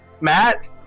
Matt